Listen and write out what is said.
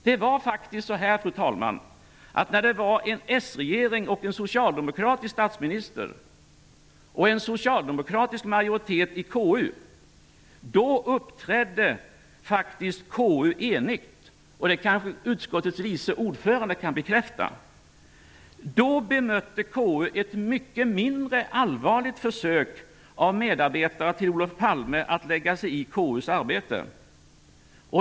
Det var faktiskt på det sättet, fru talman, att när det var en socialdemokratisk regering och en socialdemokratisk statsminister -- och en socialdemokratisk majoritet i KU -- då uppträdde KU enigt. Det kan utskottets vice ordförande bekräfta. Då bemötte KU ett mycket mindre allvarligt försök av medarbetare till Olof Palme att lägga sig i KU:s arbete.